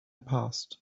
past